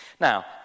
Now